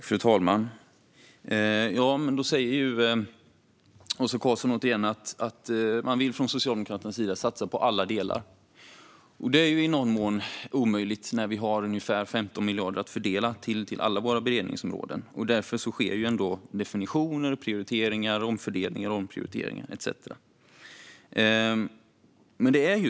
Fru talman! Åsa Karlsson säger återigen att man från Socialdemokraternas sida vill satsa på alla delar. Det är i någon mån omöjligt när vi har ungefär 15 miljarder att fördela till alla våra beredningsområden. Därför sker ändå definitioner, prioriteringar, omfördelningar, omprioriteringar etcetera.